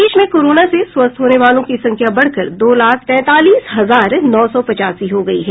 प्रदेश में कोरोना से स्वस्थ होने वालों की संख्या बढ़कर दो लाख तैंतालीस हजार नौ सौ पचासी हो गयी है